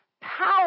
power